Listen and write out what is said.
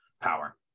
power